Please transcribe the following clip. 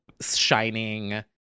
shining